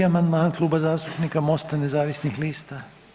185. amandman Kluba zastupnika MOST-a nezavisnih lista.